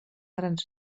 grans